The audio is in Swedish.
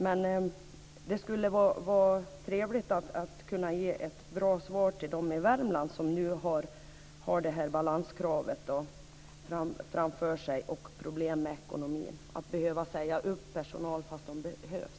Men det skulle vara trevligt att kunna ge ett bra svar till dem i Värmland som nu har balanskrav och problem med ekonomin framför sig och som måste säga upp personal trots att den behövs.